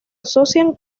asocian